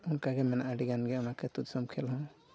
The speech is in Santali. ᱚᱱᱠᱟ ᱜᱮ ᱢᱮᱱᱟᱜᱼᱟ ᱟᱹᱰᱤᱜᱟᱱ ᱜᱮ ᱚᱱᱟᱛᱮ ᱟᱛᱳ ᱫᱤᱥᱚᱢ ᱠᱷᱮᱞ ᱦᱚᱸ